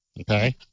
Okay